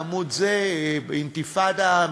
אינתיפאדה,